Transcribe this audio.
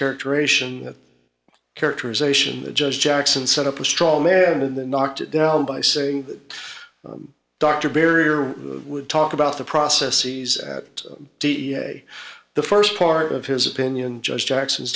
characterization characterization the judge jackson set up a straw man in the knocked it down by saying that dr barry would talk about the processes that da the first part of his opinion judge jackson's